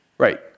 Right